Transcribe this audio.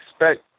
expect